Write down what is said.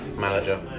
Manager